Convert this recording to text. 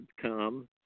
come